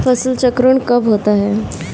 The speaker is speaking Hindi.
फसल चक्रण कब होता है?